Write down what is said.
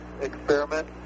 experiment